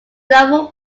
naval